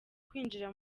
kwinjira